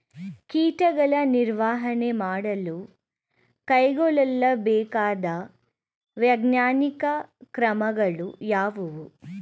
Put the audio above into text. ಕೀಟಗಳ ನಿರ್ವಹಣೆ ಮಾಡಲು ಕೈಗೊಳ್ಳಬೇಕಾದ ವೈಜ್ಞಾನಿಕ ಕ್ರಮಗಳು ಯಾವುವು?